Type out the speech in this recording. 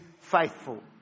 faithful